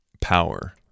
power